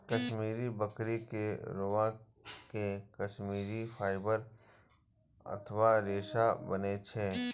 कश्मीरी बकरी के रोआं से कश्मीरी फाइबर अथवा रेशा बनै छै